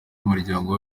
y’umuryango